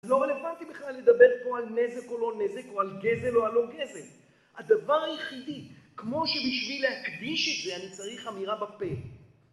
זה לא רלוונטי בכלל לדבר פה על נזק או לא נזק, או על גזל או לא גזל. הדבר היחידי, כמו שבשביל להקדיש את זה, אני צריך אמירה בפה.